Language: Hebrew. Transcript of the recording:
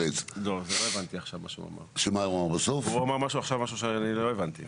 רגע, הוא אמר עכשיו משהו שאני לא הבנתי.